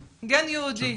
נכון, גן יהודי.